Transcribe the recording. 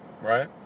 right